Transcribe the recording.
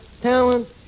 talent